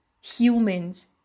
humans